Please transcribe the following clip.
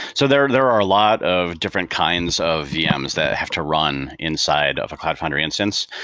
so there there are a lot of different kinds of vms that have to run inside of a cloud foundry instance.